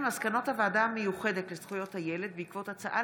מסקנות הוועדה המיוחדת לזכויות הילד בעקבות דיון בהצעה